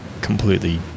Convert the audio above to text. completely